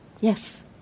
Yes